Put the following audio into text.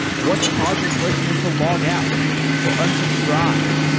what causes listeners to log out or unsubscribe,